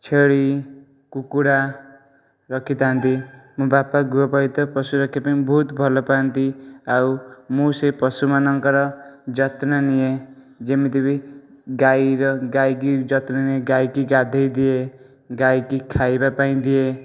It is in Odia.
ଛେଳି କୁକୁଡ଼ା ରଖିଥାନ୍ତି ବାପା ଗୃହପାଳିତ ପଶୁ ରଖିବା ପାଇଁ ବହୁତ ଭଲ ପାଆନ୍ତି ଆଉ ମୁଁ ସେହି ପଶୁମାନଙ୍କର ଯତ୍ନ ନିଏ ଯେମିତି ବି ଗାଈର ଗାଈ କି ଯତ୍ନ ନିଏ ଗାଈକି ଗାଧେଇ ଦିଏ ଗାଈକି ଖାଇବା ପାଇଁ ଦିଏ